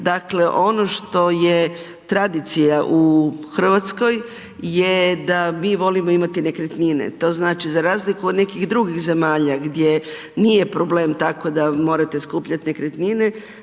dakle, ono što je tradicija u Hrvatskoj, je da mi volimo imati nekretnine. To znači, za razliku od nekih drugih zemalja, gdje nije problem tako da morate skupljati nekretnine,